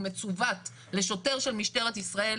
הוא מצוות לשוטר של משטרת ישראל,